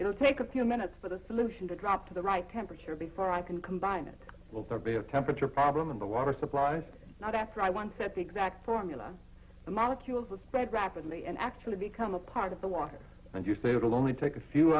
will take a few minutes for the solution to drop to the right temperature before i can combine it will there be a temperature problem in the water supplies not after i once said the exact formula the molecules of spread rapidly and actually become a part of the water and you say it'll only take a few